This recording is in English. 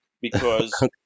because-